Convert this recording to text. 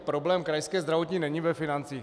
Problém Krajské zdravotní není ve financích.